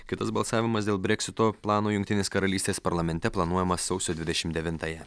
kitas balsavimas dėl breksito plano jungtinės karalystės parlamente planuojamas sausio dvidešim devintąją